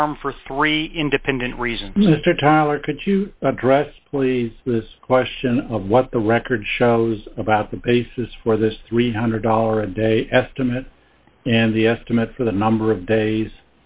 affirm for three independent reasons mr tyler could you address the question of what the record shows about the basis for this three hundred dollar a day estimate and the estimate for the number of days